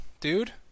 dude